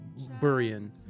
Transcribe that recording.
Burien